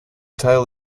tail